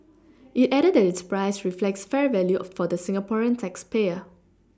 it added that its price reflects fair value for the Singaporean tax payer